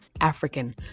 african